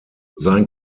sein